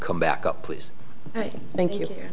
come back oh please thank you